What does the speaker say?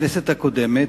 בכנסת הקודמת,